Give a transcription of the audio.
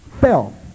fell